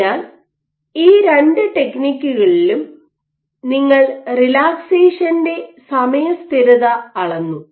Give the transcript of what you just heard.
അതിനാൽ ഈ രണ്ട് ടെക്നിക്കുകളിലും നിങ്ങൾ റിലാക്സേഷന്റെ സമയ സ്ഥിരത അളന്നു